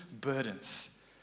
burdens